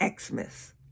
Xmas